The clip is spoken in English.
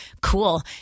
cool